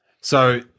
So-